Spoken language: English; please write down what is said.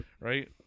right